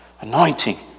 anointing